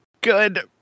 good